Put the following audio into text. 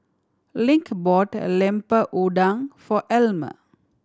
Link brought Lemper Udang for Elmer